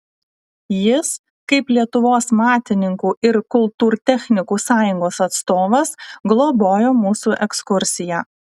jis kaip lietuvos matininkų ir kultūrtechnikų sąjungos atstovas globojo mūsų ekskursiją